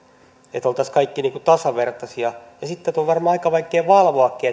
että oltaisiin kaikki tasavertaisia tätä on varmaan aika vaikea valvoakin